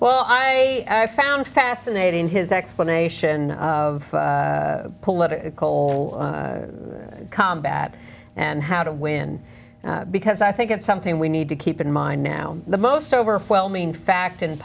well i found fascinating his explanation of political combat and how to win because i think it's something we need to keep in mind now the most overwhelming fact in